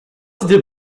the